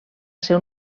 ser